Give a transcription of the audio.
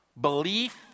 belief